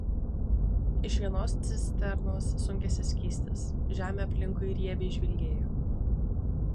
iš vienos cisternos sunkėsi skystis žemė aplinkui riebiai žvilgėjo